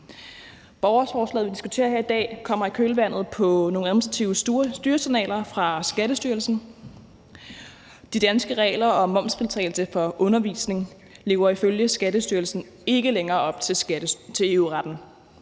Borgerforslaget, vi diskuterer her i dag, kommer i kølvandet på nogle administrative styresignaler fra Skattestyrelsen. De danske regler om momsfritagelse for undervisning lever ifølge Skattestyrelsen ikke længere op til EU-retten.